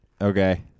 Okay